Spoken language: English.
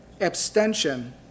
Abstention